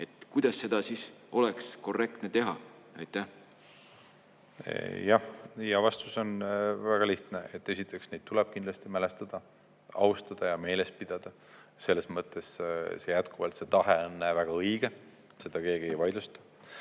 Kuidas seda siis oleks korrektne teha? Vastus on väga lihtne. Esiteks tuleb neid kindlasti mälestada, austada ja meeles pidada. Selles mõttes on jätkuvalt see tahe väga õige, seda keegi ei vaidlusta.